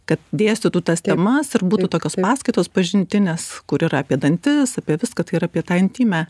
kad dėstytų tas temas ir būtų tokios paskaitos pažintinės kur yra apie dantis apie viską tai yra apie tą intymią